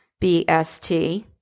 BST